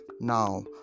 Now